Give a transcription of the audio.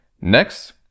Next